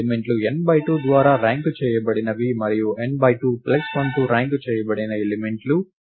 element లు n2 ద్వారా rank చేయబడినవి మరియు n2 ప్లస్ 1తో ర్యాంక్ చేయబడిన ఎలిమెంట్లు